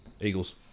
Eagles